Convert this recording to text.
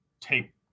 take